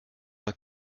mal